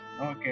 Okay